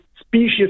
species